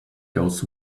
goes